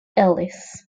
ellis